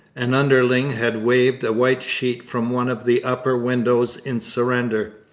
an underling had waved a white sheet from one of the upper windows in surrender.